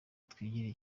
twigirire